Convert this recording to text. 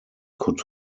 could